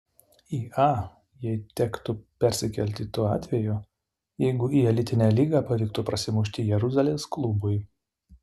į a jai tektų persikelti tuo atveju jeigu į elitinę lygą pavyktų prasimušti jeruzalės klubui